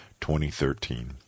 2013